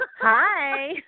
Hi